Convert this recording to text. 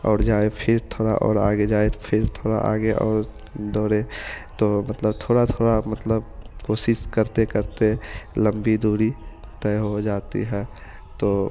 और जाए फ़िर थोड़ा और आगे जाए तो फ़िर थोड़ा आगे और दौड़े तो मतलब थोड़ा थोड़ा मतलब कोशिश करते करते लंबी दूरी तय हो जाती है तो